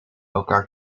elkaar